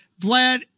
Vlad